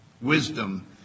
wisdom